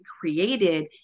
created